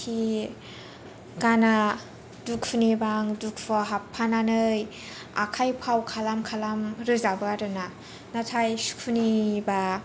खि गाना दुखुनिबा आं दुखुयाव हाबफानानै आखाय फाव खालाम खालाम रोजाबो आरो ना नाथाय सुखुनिबा